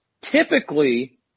typically